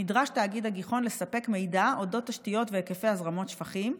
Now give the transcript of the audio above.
נדרש תאגיד הגיחון לספק מידע על אודות תשתיות והיקפי הזרמות שפכים,